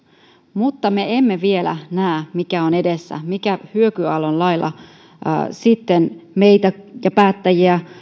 mutta me emme vielä näe mikä on edessä mikä sitten hyökyaallon lailla meitä ja päättäjiä